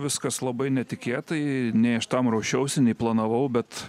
viskas labai netikėtai nei aš tam ruošiausi nei planavau bet